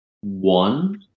one